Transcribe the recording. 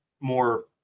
more